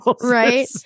Right